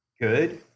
good